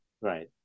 Right